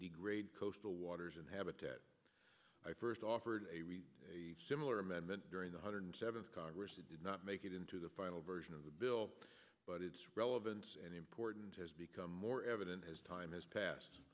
degrade coastal waters and habitat i first offered a we a similar amendment during the hundred seventh congress did not make it into the final version of the bill but it's relevant and important has become more evident as time has passed